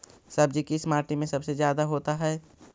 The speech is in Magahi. सब्जी किस माटी में सबसे ज्यादा होता है?